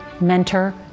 mentor